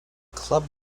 club